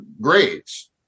grades